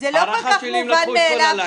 הערכה שלי הם לקחו את כל הליין.